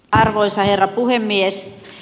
arvoisa herra puhemies